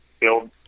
build